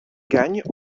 gagnent